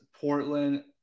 Portland